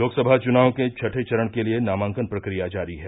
लोकसभा चुनाव के छठें चरण के लिये नामांकन प्रक्रिया जारी है